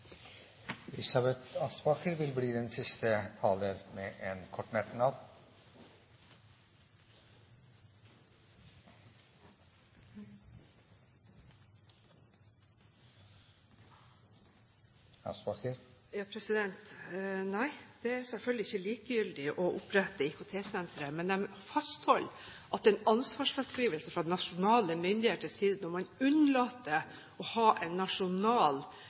Elisabeth Aspaker har hatt ordet to ganger tidligere og får ordet til en kort merknad, begrenset til 1 minutt. Nei, det er selvfølgelig ikke likegyldig å opprette IKT-sentre, men jeg fastholder at det er en ansvarsfraskrivelse fra nasjonale myndigheters side når man unnlater å ha en nasjonal